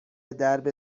درب